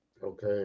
okay